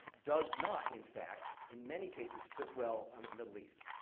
does not, in fact, in many cases, fit well onto the middle east.